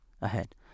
ahead